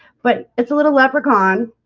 but it's a little leprechaun.